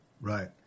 Right